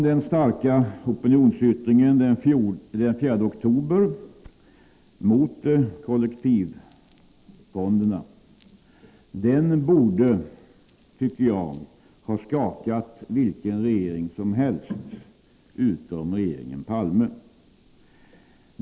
Den starka opinionsyttringen den 4 oktober mot kollektivfonderna borde ha skakat vilken regering som helst utom regeringen Palme.